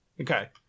Okay